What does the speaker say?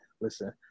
Listen